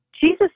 Jesus